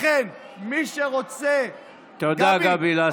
לכן, מי שרוצה, תודה, גבי לסקי.